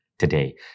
today